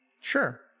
sure